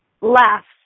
laughs